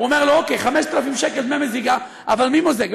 אומר: אוקיי, 5,000 שקל דמי מזיגה, אבל מי מוזג?